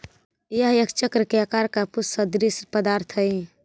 यह एक चक्र के आकार का पुष्प सदृश्य पदार्थ हई